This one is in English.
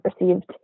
received